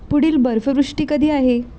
पुढील बर्फवृष्टी कधी आहे